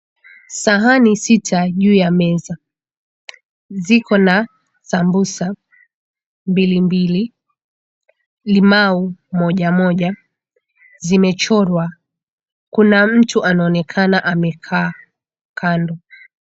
Sahani sita juu ya meza ziko na sambusa mbili mbili, limau moja moja. Zimechorwa. Kuna mtu anaonekana amekaa kando.